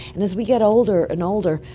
and as we get older and older,